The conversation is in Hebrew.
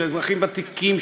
של אזרחים ותיקים,